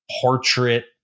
portrait